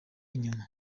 inyuma